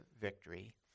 victory